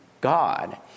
God